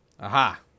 Aha